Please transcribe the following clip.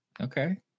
Okay